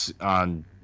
on